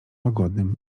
łagodnym